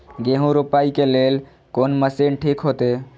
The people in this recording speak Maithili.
गेहूं रोपाई के लेल कोन मशीन ठीक होते?